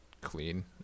clean